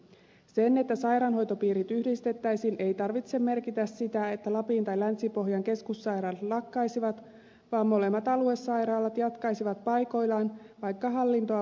sen että sairaanhoitopiirit yhdistettäisiin ei tarvitse merkitä sitä että lapin tai länsi pohjan keskussairaalat lakkaisivat vaan molemmat aluesairaalat jatkaisivat paikoillaan vaikka hallintoa voitaisiin yhdistää